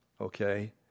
okay